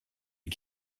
you